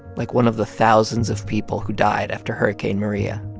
like one of the thousands of people who died after hurricane maria.